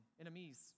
Enemies